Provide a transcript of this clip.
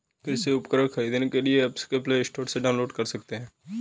कृषि उपकरण खरीदने के लिए एप्स को प्ले स्टोर से डाउनलोड कर सकते हैं